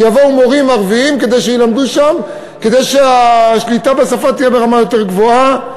שיבואו מורים ערבים שילמדו שם כדי שהשליטה בשפה תהיה ברמה יותר גבוהה.